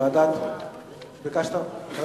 בעד, 20, נגד, 10,